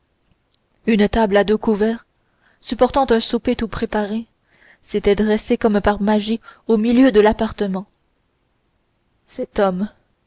une table à deux couverts supportant un souper tout préparé s'était dressée comme par magie au milieu de l'appartement cet homme